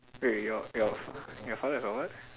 wait your your your father is a what